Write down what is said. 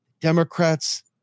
Democrats